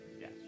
Yes